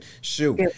Shoot